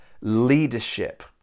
Leadership